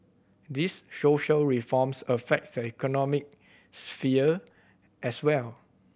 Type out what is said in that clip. these social reforms affect the economic sphere as well